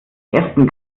ersten